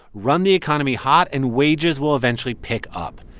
run the economy hot, and wages will eventually pick up.